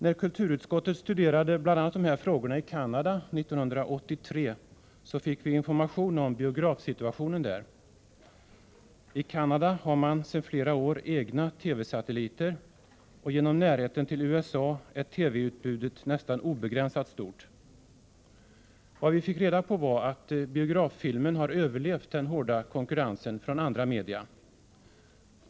När kulturutskottet studerade bl.a. dessa frågor i Canada 1983 fick vi information om biografsituationen där. I Canada har man sedan flera år tillbaka egna TV-satelliter, och på grund av närheten till USA är TV-utbudet nästan obegränsat stort. Vad vi fick reda på var, att biograffilmen har överlevt den hårda konkurrensen från andra media.